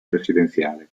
presidenziale